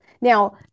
now